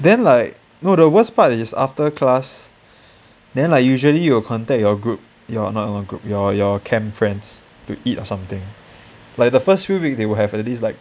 then like no the worst part is after class then like usually you'll contact your group your not your group your your camp friends to eat or something like the first three weeks they'll have at least like